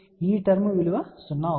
ఈ టర్మ్ విలువ 0 అవుతుంది